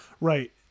Right